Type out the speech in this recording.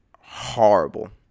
horrible